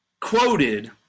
quoted